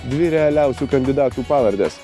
dvi realiausių kandidatų pavardes